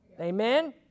Amen